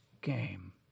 game